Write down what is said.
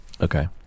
Okay